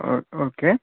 ಓ okay